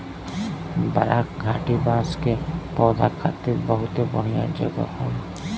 बराक घाटी बांस के पौधा खातिर बहुते बढ़िया जगह हौ